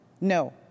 No